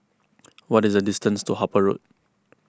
what is the distance to Harper Road